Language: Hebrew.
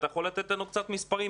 אתה יכול לתת לנו קצת מספרים,